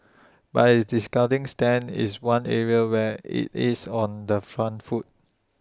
but its discounting stance is one area where IT is on the front foot